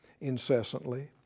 incessantly